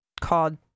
called